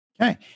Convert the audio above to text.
Okay